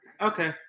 Okay